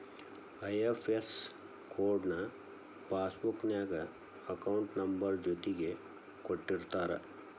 IFS code ನ passbook ನ್ಯಾಗ account number ಜೊತಿಗೆ ಕೊಟ್ಟಿರ್ತಾರ